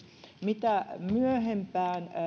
mitä myöhempään